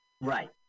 Right